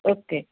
okay